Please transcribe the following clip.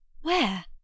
Where